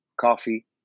coffee